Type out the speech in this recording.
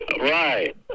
Right